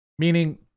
Meaning